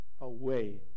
away